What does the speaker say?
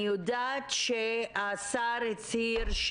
אני יודעת שהשר הצהיר,